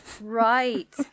Right